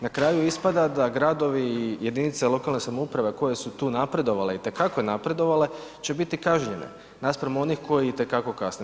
Na kraju ispada da gradovi i jedinice lokalnih samouprava koje su tu napredovale i te kako napredovale će biti kažnjene naspram onih koji itekako kasne.